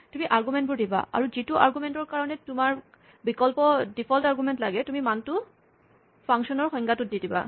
তুমি আৰগুমেন্টবোৰ দিবা আৰু যিটো আৰগুমেন্টৰ কাৰণে তোমাক বিকল্প ডিফল্ট আৰগুমেন্ট লাগে তুমি মানটো ফাংচন ৰ সংজ্ঞাটোত দি দিবা